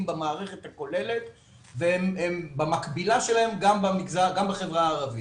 במערכת הכוללת ובמקבילה שלהם גם בחברה הערבית.